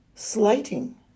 Slighting